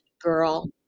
girl